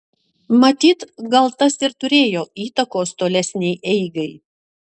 matyt gal tas ir turėjo įtakos tolesnei eigai